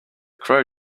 crow